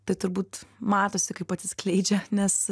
tai turbūt matosi kaip atsiskleidžia nes